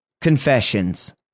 confessions